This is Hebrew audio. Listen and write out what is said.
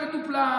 שלנו בטוח לא.